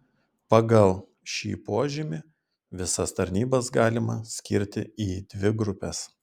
pagal šį požymį visas tarnybas galima skirti į dvi grupes